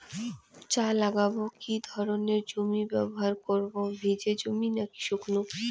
চা লাগাবো কি ধরনের জমি ব্যবহার করব ভিজে জমি নাকি শুকনো?